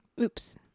Oops